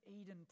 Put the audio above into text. Eden